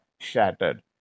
shattered